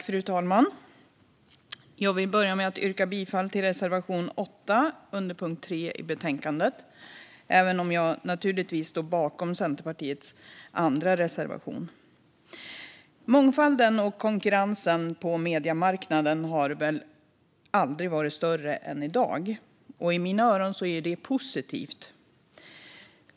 Fru talman! Jag vill börja med att yrka bifall till reservation 8 under punkt 3 i betänkandet, men jag står naturligtvis bakom även Centerpartiets andra reservation. Mångfalden och konkurrensen på mediemarknaden har väl aldrig varit större än i dag. I mina öron är det positivt.